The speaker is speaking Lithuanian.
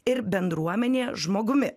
ir bendruomenėje žmogumi